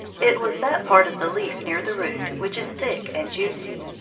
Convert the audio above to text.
it was that part of the leaf near the root which is thick and juicy.